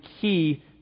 key